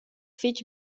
fich